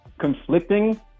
conflicting